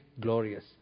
glorious